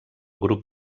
grup